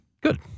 Good